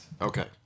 okay